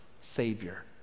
Savior